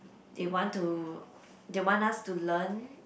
they want to they want us to learn